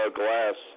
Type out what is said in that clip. glass